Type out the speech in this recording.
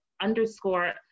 underscore